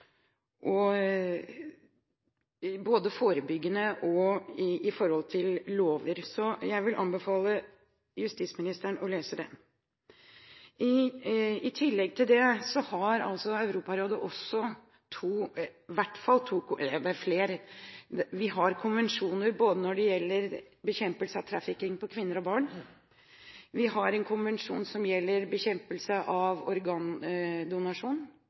virkemidler, både internasjonale og nasjonale, og det handler om forebyggende og mer lovmessige virkemidler. Jeg vil anbefale justisministeren å lese den. I tillegg til det har også Europarådet konvensjoner som gjelder bekjempelse av trafficking av kvinner og barn. Vi har en konvensjon som gjelder bekjempelse av